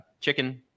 chicken